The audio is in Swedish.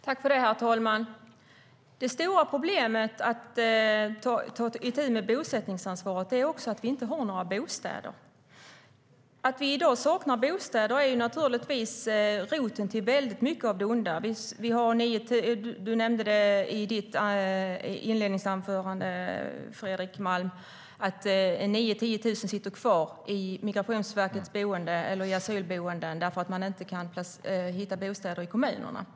Herr talman! Det stora problemet med bosättningsansvaret är också att vi inte har några bostäder. Att vi i dag saknar bostäder är naturligtvis roten till mycket av det onda. Fredrik Malm nämnde i sitt anförande att 9 000-10 000 bor kvar på Migrationsverkets boenden eller på asylboenden för att man inte kan hitta bostäder i kommunerna.